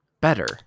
better